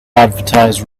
advertise